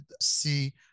see